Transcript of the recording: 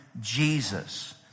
Jesus